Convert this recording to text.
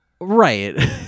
Right